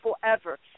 forever